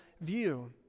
view